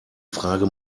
frage